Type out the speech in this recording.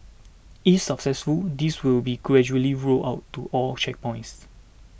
if successful this will be gradually rolled out to all checkpoints